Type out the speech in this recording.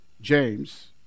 James